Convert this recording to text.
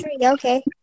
Okay